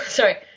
sorry